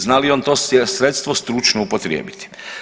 Zna li on to sredstvo stručno upotrijebiti?